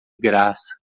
graça